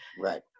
Right